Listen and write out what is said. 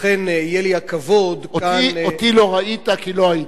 ולכן יהיה לי הכבוד, אותי לא ראית כי לא הייתי.